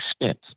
extent